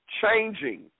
changing